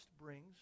brings